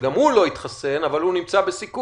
שגם הוא לא התחסן אבל הוא נמצא בסיכון.